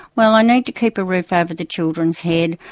well i need to keep a roof over the children's head.